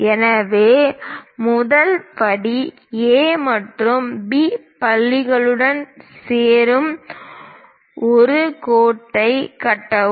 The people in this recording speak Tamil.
எனவே முதல் படி A மற்றும் B புள்ளிகளுடன் சேரும் ஒரு கோடு கட்டவும்